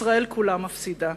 ישראל כולה מפסידה.